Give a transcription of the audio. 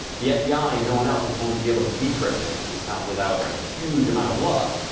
the fbi and no one else is going to be able to decrypt it, at least not without a huge amount of luck.